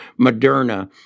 Moderna